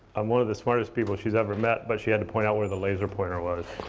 i'm one of the smartest people she's ever met, but she had to point out where the laser pointer was.